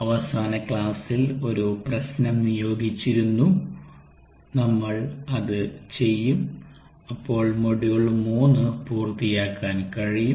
അവസാന ക്ലാസ്സിൽ ഒരു പ്രശ്നം നിയോഗിച്ചിരുന്നു നമ്മൾ അത് ചെയ്യും അപ്പോൾ മൊഡ്യൂൾ 3പൂർത്തിയാക്കാൻ കഴിയും